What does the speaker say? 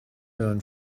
learn